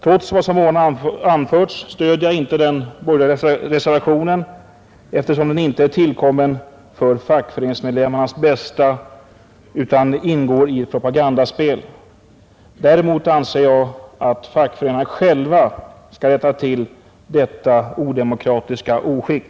Trots det som jag här anfört stöder jag inte den borgerliga reservationen, eftersom den inte är tillkommen för fackföreningsmedlemmarnas bästa utan ingår i ett propagandaspel. Däremot anser jag att fackföreningarna själva skall rätta till detta odemokratiska oskick.